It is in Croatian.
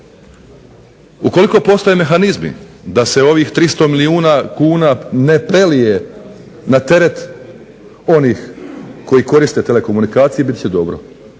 Ukoliko postoje mehanizmi da se ovih 300 milijuna kuna ne prelije na teret onih koji koriste telekomunikacije bit će dobro.